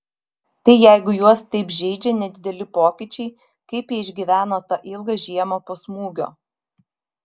tai jeigu juos taip žeidžia nedideli pokyčiai kaip jie išgyveno tą ilgą žiemą po smūgio